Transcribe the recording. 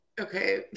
Okay